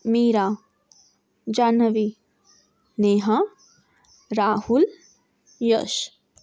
Mira Jahnavi Neha Rahul Yash